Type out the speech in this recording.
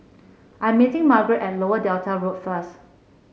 I'm meeting Margeret at Lower Delta Road first